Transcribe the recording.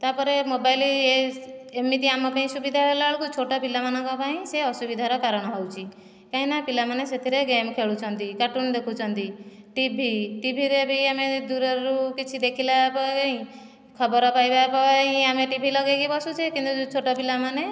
ତାପରେ ମୋବାଇଲ ଏମିତି ଆମ ପାଇଁ ସୁବିଧା ହେଲା ବେଳକୁ ଛୋଟ ପିଲାମାନଙ୍କ ପାଇଁ ସେ ଅସୁବିଧାର କାରଣ ହେଉଛି କାହିଁକିନା ପିଲାମାନେ ସେଥିରେ ଗେମ୍ ଖେଳୁଛନ୍ତି କାର୍ଟୁନ୍ ଦେଖୁଛନ୍ତି ଟିଭି ଟିଭିରେ ବି ଆମେ ଦୂରରୁ କିଛି ଦେଖିଲା ପାଇଁ ଖବର ପାଇବା ପାଇଁ ଆମେ ଟିଭି ଲଗାଇକି ବସୁଛେ କିନ୍ତୁ ଛୋଟ ପିଲାମାନେ